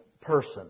person